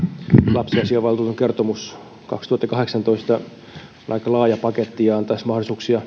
lapsiasiavaltuutetun kertomus kaksituhattakahdeksantoista on aika laaja paketti ja antaisi mahdollisuuksia